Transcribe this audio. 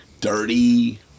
dirty